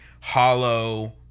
hollow